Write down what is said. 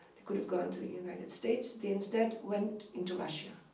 they could have gone to the united states. they instead went into russia,